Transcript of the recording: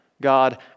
God